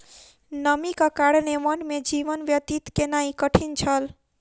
नमीक कारणेँ वन में जीवन व्यतीत केनाई कठिन छल